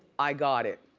i got it.